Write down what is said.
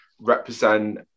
represent